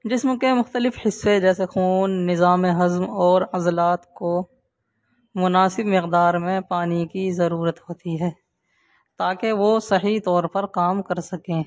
جسم کے مختلف حصے جیسے خون نظام ہضم اور عضلات کو مناسب مقدار میں پانی کی ضرورت ہوتی ہے تا کہ وہ صحیح طور پر کام کر سکیں